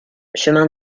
chemin